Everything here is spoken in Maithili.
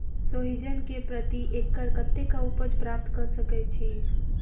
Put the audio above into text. सोहिजन केँ प्रति एकड़ कतेक उपज प्राप्त कऽ सकै छी?